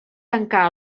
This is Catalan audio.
tancar